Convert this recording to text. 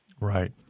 Right